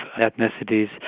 ethnicities